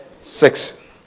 Six